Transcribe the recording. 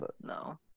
No